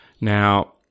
Now